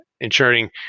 ensuring